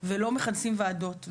ולא מכנסים ועדות,